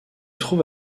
trouve